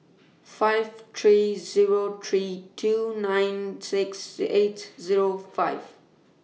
five three Zero three two nine six eight Zero five